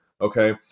okay